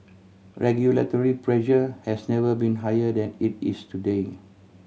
regulatory pressure has never been higher than it is today